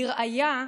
לראיה,